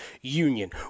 union